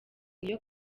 niyo